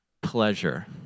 pleasure